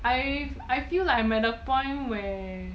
I feel that I'm at the point where